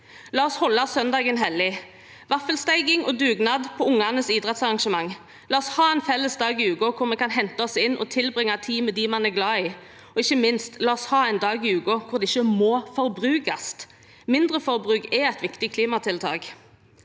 La oss holde søndagen hellig, ha vaffelsteking og dugnad på ungenes idrettsarrangement. La oss ha en felles dag i uken hvor vi kan hente oss inn og tilbringe tid med dem vi er glad i. Og ikke minst: La oss ha en dag i uken hvor det ikke må forbrukes. Mindre forbruk er et viktig klimatiltak.